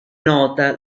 nota